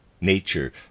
nature